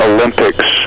Olympics